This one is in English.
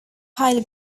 pale